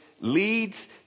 leads